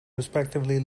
respectively